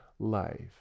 life